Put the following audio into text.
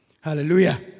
Hallelujah